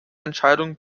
entscheidung